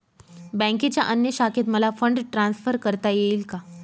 बँकेच्या अन्य शाखेत मला फंड ट्रान्सफर करता येईल का?